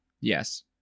Yes